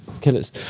Killers